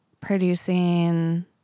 producing